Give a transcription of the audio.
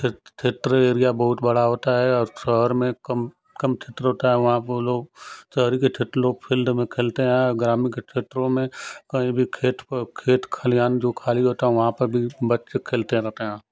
क्षेत्रीय एरिया बहुत बड़ा होता है और शहर में कम कम क्षेत्र होता हैं वहाँ के लोग शहर फील्ड में खेलते हैं ग्रामीण क्षेत्रों में कहीं भी खेत पर खेत खलियान जो खाली होता वहाँ पर भी बच्चे खेलते रहते हैं